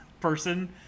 person